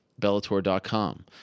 Bellator.com